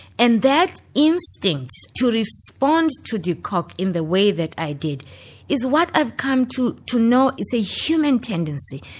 and that instinct to respond to de kock in the way that i did is what i've come to to know as a human tendency.